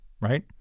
right